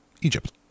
Egypt